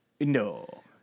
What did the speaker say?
No